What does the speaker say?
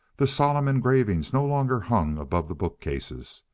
the solemn engravings no longer hung above the bookcases.